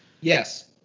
Yes